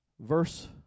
Verse